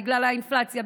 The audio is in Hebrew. בגלל האינפלציה,